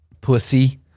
Pussy